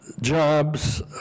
jobs